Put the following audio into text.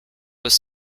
was